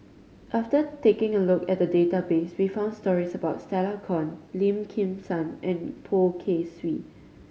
after taking a look at database we found stories about Stella Kon Lim Kim San and Poh Kay Swee